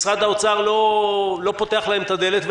משרד האוצר לא פותח להם את הדלת,